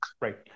Right